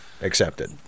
accepted